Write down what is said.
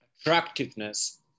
attractiveness